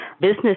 business